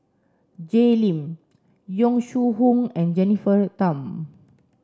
Jay Lim Yong Shu Hoong and Jennifer Tham